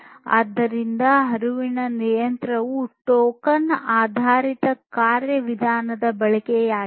ಆದ್ದರಿಂದ ಹರಿವಿನ ನಿಯಂತ್ರಣವು ಟೋಕನ್ ಆಧಾರಿತ ಕಾರ್ಯವಿಧಾನದ ಬಳಕೆಯಾಗಿದೆ